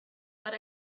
but